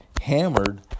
hammered